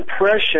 impression